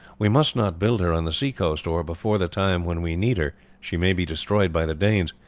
we must not build her on the sea-coast, or before the time when we need her she may be destroyed by the danes.